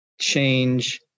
change